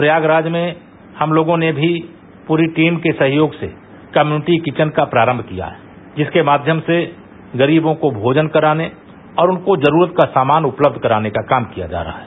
प्रयागराज में हम तोगों ने भी पूरी टीम के सहयोग से कम्यूनिटी किचन का प्रारम्भ किया है जिसके माध्यम से गरीबों को भोजन कराने और उनको जरूरत का सामान उपलब्ध कराने का काम किया जा रहा है